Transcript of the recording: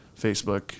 Facebook